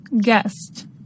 Guest